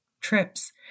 trips